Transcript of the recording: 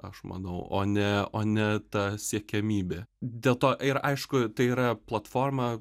aš manau o ne o ne ta siekiamybė dėl to ir aišku tai yra platforma